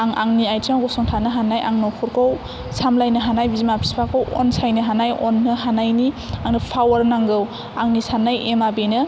आं आंनि आथिङाव गसंथानो हानाय आं नखरखौ सामलायनो हानाय बिमा बिफाखौ अनसायनो हानाय अननो हानायनि आंनो फावार नांगौ आंनि साननाय एमआ बेनो